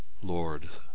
Lord